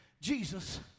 Jesus